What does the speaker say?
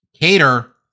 Cater